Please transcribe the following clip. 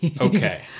Okay